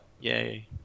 Yay